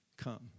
come